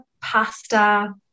pasta